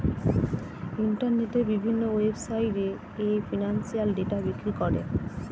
ইন্টারনেটের বিভিন্ন ওয়েবসাইটে এ ফিনান্সিয়াল ডেটা বিক্রি করে